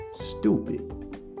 Stupid